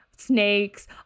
Snakes